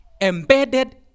Embedded